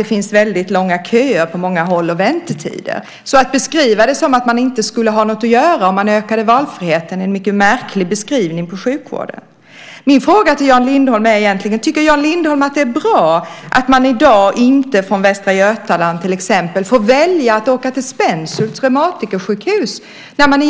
Det är en mycket märklig beskrivning av sjukvården om man säger att det skulle leda till att man inte får något att göra om man ökade valfriheten. Jag vill fråga Jan Lindholm: Tycker Jan Lindholm att det är bra att man i dag i till exempel Västra Götaland inte får välja att åka till Spenshults reumatikersjukhus när man